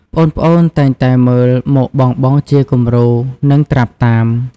ប្អូនៗតែងតែមើលមកបងៗជាគំរូ និងត្រាប់តាម។